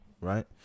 right